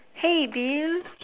hey beau